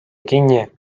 kinni